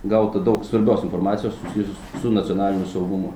gauta daug svarbios informacijos susijusios su nacionaliniu saugumu